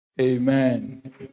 Amen